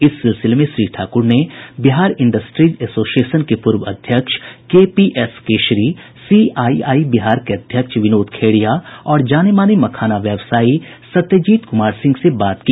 इस सिलसिले में श्री ठाकुर ने बिहार इंडस्ट्रीज एसोसिएशन के पूर्व अध्यक्ष केपीएस केशरी सीआईआई बिहार के अध्यक्ष विनोद खेड़िया और जाने माने मखाना व्यवसायी सत्यजीत कुमार सिंह से बात की